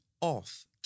off